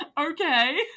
Okay